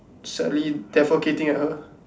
sadly defecating at her